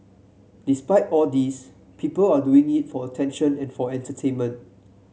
despite all these people are doing it for attention and for entertainment